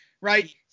right